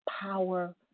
power